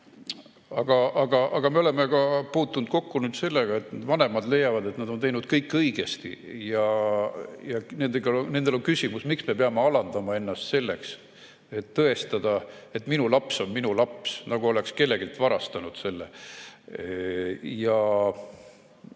Aga me oleme puutunud kokku nüüd ka sellega, et vanemad leiavad, et nad on teinud kõik õigesti ja nendel on küsimus: "Miks me peame alandama ennast selleks, et tõestada, et minu laps on minu laps? Nagu me oleksime ta kelleltki varastanud." Ma